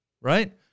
right